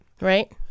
Right